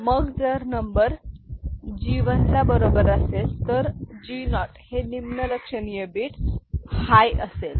मग जर number G 1 ला बरोबर असेल तर G 0 हे निम्न लक्षणीय बीट हाय असेल